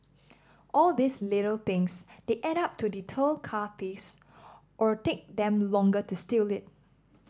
all these little things they add up to deter car thieves or take them longer to steal it